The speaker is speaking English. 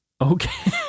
Okay